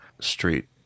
street